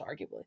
arguably